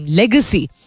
legacy